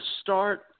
start